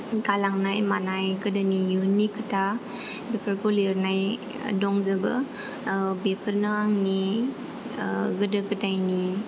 गालांनाय मानाय गोदोनि इयुननि खोथा बेफोरखौ लिरनाय दंजोबो औ बेफोरनो आंनि ओ गोदो गोदायनि